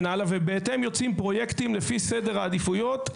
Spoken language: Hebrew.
ובהתאם יוצאים פרויקטים לפי סדר העדיפויות.